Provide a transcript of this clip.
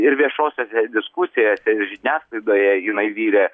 ir viešosiose diskusijose ir žiniasklaidoje jinai virė